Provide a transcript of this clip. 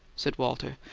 said walter.